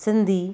Sindhi